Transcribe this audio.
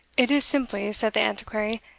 it is simply, said the antiquary,